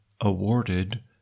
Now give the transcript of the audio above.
awarded